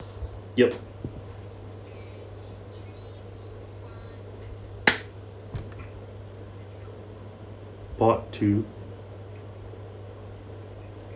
yup part two